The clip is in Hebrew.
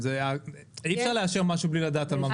אי אפשר לאשר משהו בלי לדעת על מה מדובר.